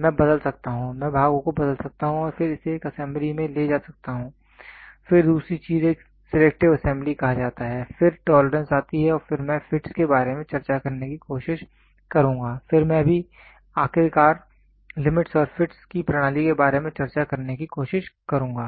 मैं बदल सकता हूं मैं भागों को बदल सकता हूं और फिर इसे एक असेंबली में ले जा सकता हूं फिर दूसरी चीज एक सिलेक्टिव असेंबली कहा जाता है फिर टॉलरेंस आती है फिर मैं फिटस् के बारे में चर्चा करने की कोशिश करूंगा फिर मैं भी आखिरकार लिमिटस् और फिटस् की प्रणाली के बारे में चर्चा करने की कोशिश करूंगा